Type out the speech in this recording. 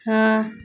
हाँ